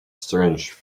strange